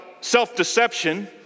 self-deception